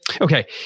Okay